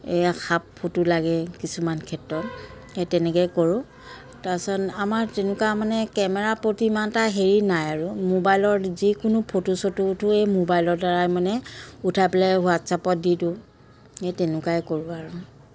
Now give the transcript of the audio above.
এই half photo লাগে কিছুমান ক্ষেত্ৰত এই তেনেকেই কৰোঁ তাৰ পাছত আমাৰ তেনেকুৱা মানে কেমেৰা প্ৰতি ইমান এটা হেৰি নাই আৰু ম'বাইলৰ যিকোনো ফটো চটোটোৱে এই ম'বাইলৰ দ্বাৰাই মানে উঠাই পেলাই হোৱাটছএপত দি দিওঁ এই তেনেকুৱাই কৰোঁ আৰু